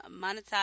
monetize